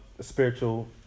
spiritual